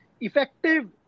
Effective